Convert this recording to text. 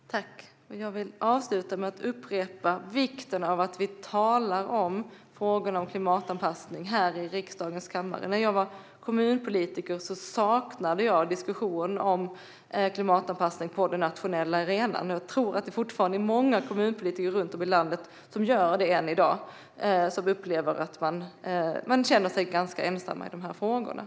Fru talman! Jag vill avsluta med att upprepa vikten av att vi talar om klimatanpassning här i riksdagens kammare. När jag var kommunpolitiker saknade jag diskussion på den nationella arenan om klimatanpassning. Jag tror att många kommunpolitiker runt om i landet fortfarande gör det och känner sig ganska ensamma i de här frågorna.